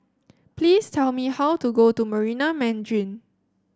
please tell me how to go to Marina Mandarin